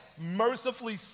mercifully